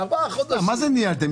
בארבעה חודשים --- מה זה ניהלתם?